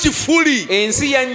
fully